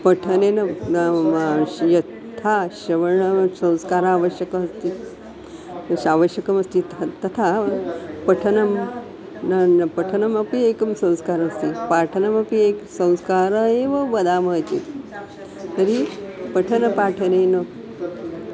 पठनेन यथा श्रवणं संस्कारः आवश्यकः अस्ति श् आवश्यकमस्ति तथा पठनं पठनमपि एकः संस्कारः अस्ति पाठनमपि एकः संस्कारः एव वदामः इति तर्हि पठनपाठनेन